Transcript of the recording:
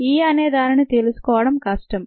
E అనే దానిని తెలుసుకోవడం కష్టం